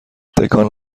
تکان